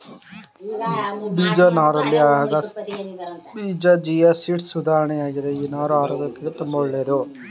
ಬೀಜ ನಾರಲ್ಲಿ ಅಗಸೆಬೀಜ ಚಿಯಾಸೀಡ್ಸ್ ಉದಾಹರಣೆ ಆಗಿದೆ ಈ ನಾರು ಆರೋಗ್ಯಕ್ಕೆ ತುಂಬಾ ಒಳ್ಳೇದು